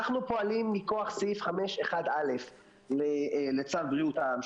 אנחנו פועלים מכוח סעיף 5(1)(א) לצו בריאות העם,